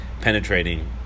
penetrating